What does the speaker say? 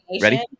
ready